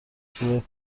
صدای